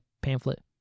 pamphlet